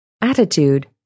Attitude